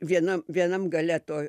viena vienam gale to